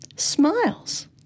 smiles